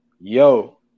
Yo